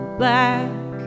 black